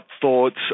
thoughts